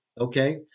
okay